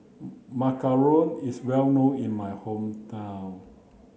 Macaron is well known in my hometown